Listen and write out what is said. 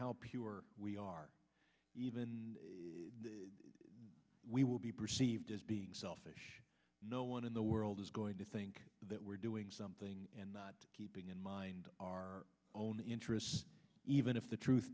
how pure we are even if we will be perceived as being selfish no one in the world is going to think that we're doing something and not keeping in mind our own interests even if the truth